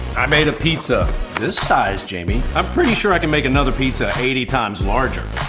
i made a pizza this size, jamie. i'm pretty sure i can make another pizza eighty times larger.